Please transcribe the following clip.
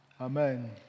Amen